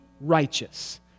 righteous